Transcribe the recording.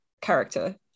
character